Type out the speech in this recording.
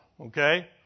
okay